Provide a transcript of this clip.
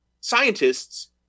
scientists